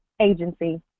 agency